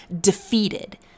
defeated